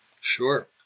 Sure